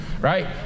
right